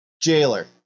jailer